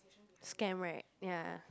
scam right ya